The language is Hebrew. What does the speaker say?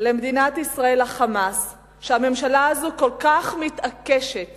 למדינת ישראל ה"חמאס", שהממשלה הזו כל כך מתעקשת